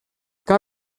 cal